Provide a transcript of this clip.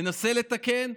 ננסה לתקן,